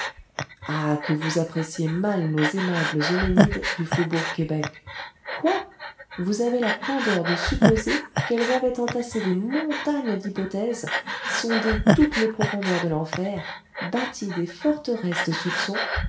ah que vous appréciez mal nos aimables euménides du faubourg québec quoi vous avez la candeur de supposer qu'elles avaient entassé des montagnes d'hypothèses sondé toutes les profondeurs de l'enfer bâti des forteresses de soupçons